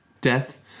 Death